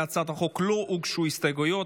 להצעת החוק לא הוגשו הסתייגויות,